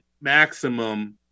maximum